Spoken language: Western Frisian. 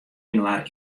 inoar